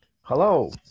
Hello